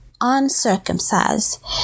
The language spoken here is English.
uncircumcised